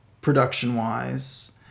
production-wise